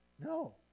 No